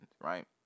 right